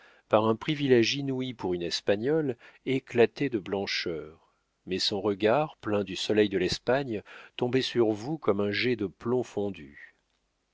par un privilége inouï pour une espagnole éclatait de blancheur mais son regard plein du soleil de l'espagne tombait sur vous comme un jet de plomb fondu